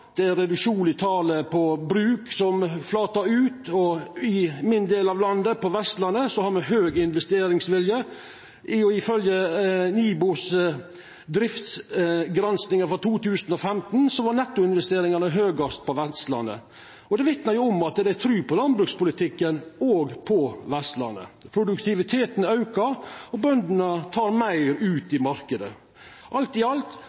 i talet på bruk flatar ut, og i min del av landet, på Vestlandet, har me høg investeringsvilje. Ifølgje NIBIOs driftsgranskingar for 2015 var nettoinvesteringane høgast på Vestlandet. Det vitnar jo om at dei trur på landbrukspolitikken òg på Vestlandet. Produktiviteten aukar, og bøndene tek meir ut i marknaden. Alt